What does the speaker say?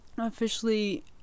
officially